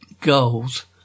goals